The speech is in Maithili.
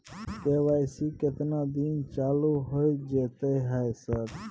के.वाई.सी केतना दिन चालू होय जेतै है सर?